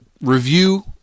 review